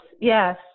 Yes